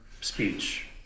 speech